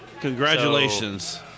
Congratulations